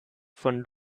von